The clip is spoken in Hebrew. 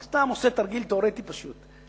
אני סתם עושה תרגיל תיאורטי פשוט.